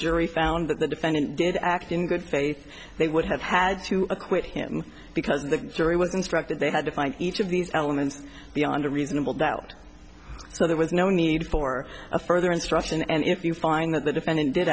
jury found that the defendant did act in good faith they would have had to acquit him because the jury was instructed they had to find each of these elements beyond a reasonable doubt so there was no need for a further instruction and if you find that the defendant did